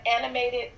animated